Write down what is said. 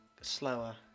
slower